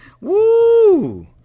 Woo